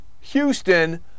Houston